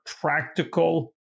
practical